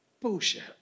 Bullshit